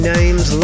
Names